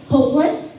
Hopeless